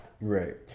Right